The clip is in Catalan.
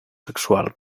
sexual